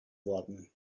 worden